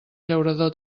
llaurador